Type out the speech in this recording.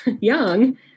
young